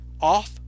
off